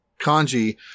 kanji